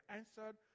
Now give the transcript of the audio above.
answered